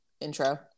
intro